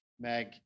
Meg